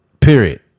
Period